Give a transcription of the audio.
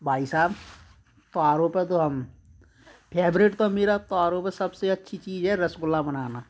भाई साब त्योहारों पे तो हम फेवरेट तो मेरा त्योहारों पे सबसे अच्छी चीज है रसगुल्ला बनाना